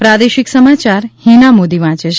પ્રાદેશિક સમાયાર હીના મોદી વાંચે છે